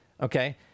Okay